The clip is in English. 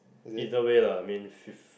either way lah I mean